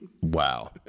Wow